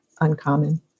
uncommon